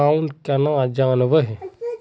Account केना जाननेहव?